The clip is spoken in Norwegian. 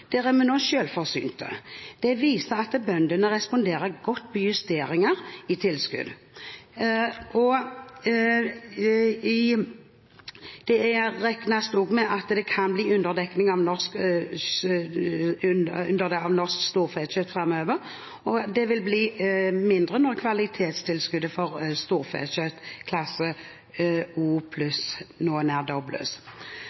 der det tidligere var underskudd på lammekjøtt, er vi nå selvforsynt. Det viser at bøndene responderer godt på justeringer i tilskudd. Det regnes også med at det kan bli underdekning av norsk storfekjøtt framover, og det vil bli mindre når kvalitetstilskuddet for